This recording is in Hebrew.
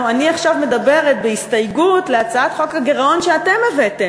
אני עכשיו מדברת בהסתייגות להצעת חוק הגירעון שאתם הבאתם.